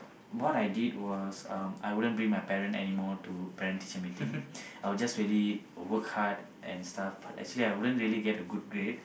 what I did was um I wouldn't bring my parent anymore to parent teacher meeting I would just really work hard and stuff but actually I wouldn't really get a good grade